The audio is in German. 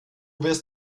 wirst